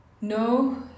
no